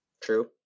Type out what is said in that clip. True